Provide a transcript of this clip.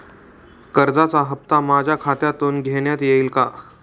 कर्जाचा हप्ता माझ्या खात्यातून घेण्यात येईल का?